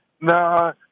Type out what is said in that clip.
Nah